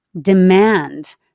demand